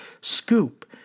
scoop